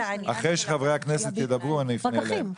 אחרי שחברי הכנסת ידברו אני אפנה אליהם.